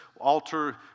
altar